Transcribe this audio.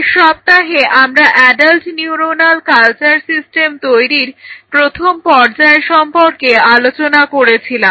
শেষ সপ্তাহে আমরা অ্যাডাল্ট নিউরণাল কালচার সিস্টেম তৈরীর প্রথম পর্যায় সম্পর্কে আলোচনা করেছিলাম